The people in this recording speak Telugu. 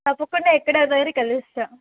తప్పకుండా ఎక్కడో ఓ దగ్గర కలుస్తాను